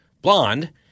blonde